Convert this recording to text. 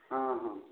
ହଁ ହଁ